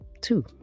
two